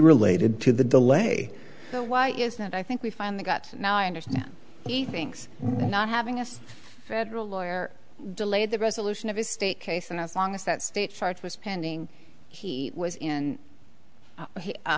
related to the delay so why is that i think we finally got now i understand he thinks not having us federal lawyer delayed the resolution of his state case and as long as that state charge was pending he was in